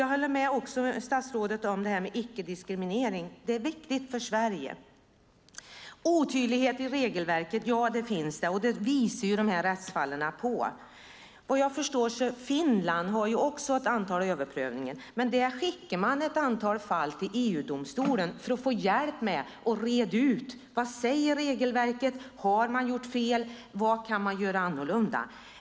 Jag håller med statsrådet i frågan om icke-diskriminering. Det är viktigt för Sverige. Visst finns det otydligheter i regelverket. Det visar rättsfallen. Jag har förstått att Finland också har ett antal fall som ska överprövas. Där skickas ett antal fall till EU-domstolen för att få hjälp med att reda ut vad regelverket säger, om man har gjort fel och vad som kan göras annorlunda.